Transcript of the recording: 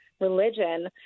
religion